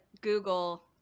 Google